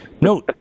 no